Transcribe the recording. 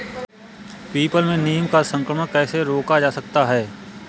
People में नीम का संकरण कैसे रोका जा सकता है?